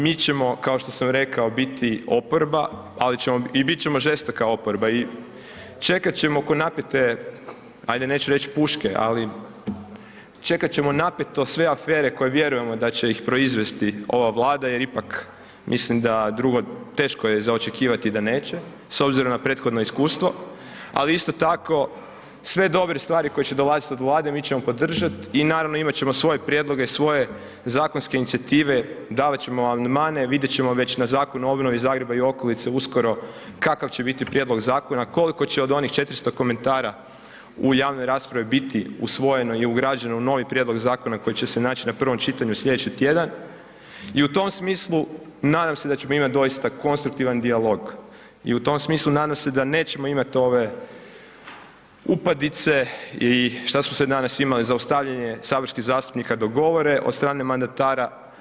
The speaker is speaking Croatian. Mi ćemo kao što sam rekao biti oporba i bit ćemo žestoka oporba i čekat ćemo ko napete ajde neću reći puške, ali čekat ćemo napeto sve afere koje vjerujemo da će ih proizvesti ova Vlada jer ipak mislim da drugo teško je za očekivati da neće s obzirom na prethodno iskustvo, ali isto tako sve dobre koje će dolazit od Vlade, mi ćemo podržati i naravno imat ćemo svoje prijedloge, svoje zakonske inicijative, davat ćemo amandmane, vidjet ćemo već na Zakonu o obnovi Zagreba i okolice uskoro kakav će biti prijedlog zakona, koliko će od onih 400 komentara u javnoj raspravi biti usvojeno i ugrađeno u novi prijedlog zakona koji će se naći na prvom čitanju slijedeći tjedan i u tom smislu nadam se da ćemo imat doista konstruktivan dijalog i u tom smislu nadam se da nećemo imat ove upadice i šta smo sve danas imali, zaustavljanje saborskih zastupnika dok govore od strane mandatara.